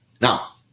Now